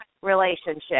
relationship